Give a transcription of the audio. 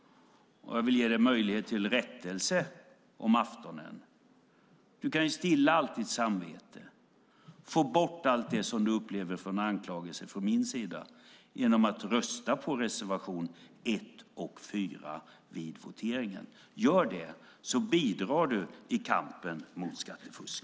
Jag vill ge dig möjlighet till rättelse om aftonen. Du kan stilla ditt samvete och få bort allt det som du upplever som anklagelser från min sida genom att rösta på reservationerna 1 och 4 vid voteringen. Gör det! Då bidrar du i kampen mot skattefusk.